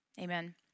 Amen